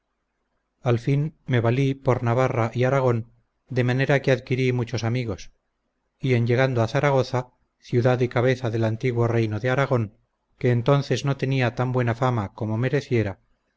al fin me valí por navarra y aragón de manera que adquirí muchos amigos y en llegando a zaragoza ciudad y cabeza del antiguo reino de aragón que entonces no tenía tan buena fama como mereciera